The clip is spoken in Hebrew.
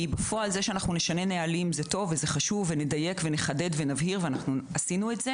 זה שנשנה נהלים זה טוב וחשוב ועשינו את זה